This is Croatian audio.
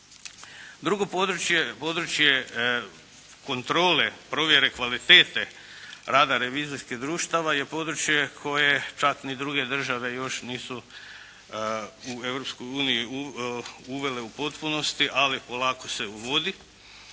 Drugo područje, područje kontrole provjere kvalitete rada revizorskih društava je područje koje čak ni druge države još nisu u Europskoj uniji uvele u potpunosti, ali polako se uvodi